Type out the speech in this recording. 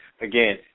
again